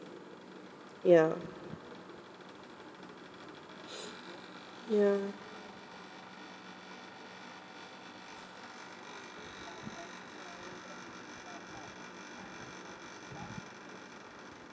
ya ya